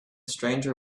stranger